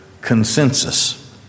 consensus